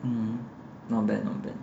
mm not bad not bad